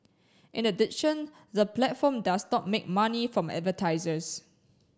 in addition the platform does not make money from advertisers